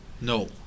no